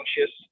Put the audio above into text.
anxious